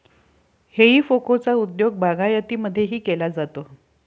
हेई फोकचा उपयोग बागायतीमध्येही केला जातो